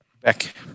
Back